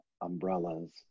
umbrellas